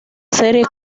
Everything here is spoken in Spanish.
serie